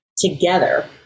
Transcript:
Together